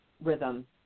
Rhythm